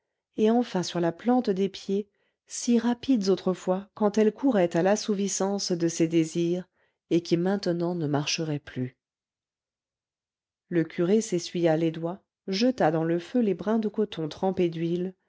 et enfin sur la plante des pieds si rapides autrefois quand elle courait à l'assouvissance de ses désirs et qui maintenant ne marcheraient plus le curé s'essuya les doigts jeta dans le feu les brins de coton trempés d'huile